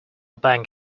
bank